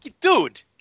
dude